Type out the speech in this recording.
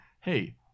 hey